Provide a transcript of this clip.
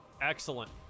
Excellent